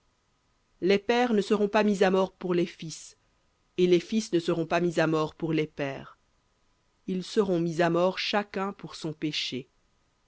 les pères ne seront pas mis à mort pour les fils et les fils ne seront pas mis à mort pour les pères ils seront mis à mort chacun pour son péché